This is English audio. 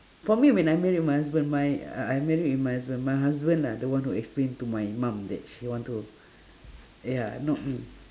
for me when I married my husband my uh I married with my husband my husband lah the one who explain to my mum that she want to ya not me